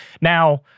Now